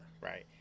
Right